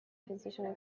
physician